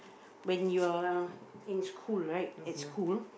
when you're in school right at school